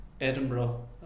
Edinburgh